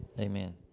amen